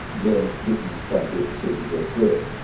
then this is going to be a procedure worth doing.